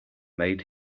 made